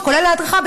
כולל ההדרכה,